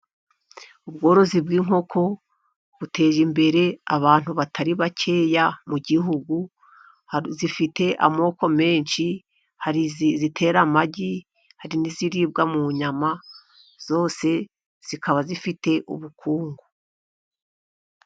Ubworozi bw'inkoko buteje imbere abantu batari bakeya mu gihugu, zifite amoko menshi hari izitera amagi, hari n'iziribwa mu nyama, zose zikaba zifite ubukungu.